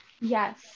Yes